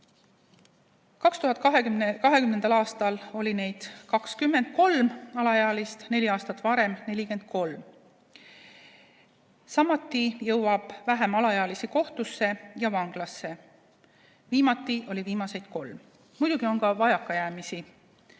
2020. aastal oli selliseid alaealisi 23, neli aastat varem 43. Samuti jõuab vähem alaealisi kohtusse ja vanglasse, viimati oli viimaseid kolm. Muidugi on vajakajäämisi.